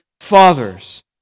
fathers